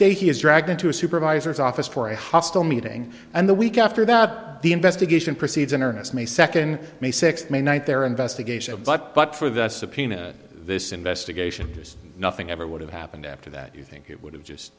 day he is dragged into a supervisor's office for a hostile meeting and the week after that the investigation proceeds in earnest may second may sixth may ninth their investigation but but for the subpoena this investigation there's nothing ever would have happened after that you think it would have just